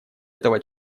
этого